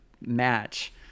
match